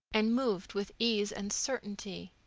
and moved with ease and certainty.